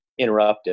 interruptive